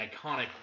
iconic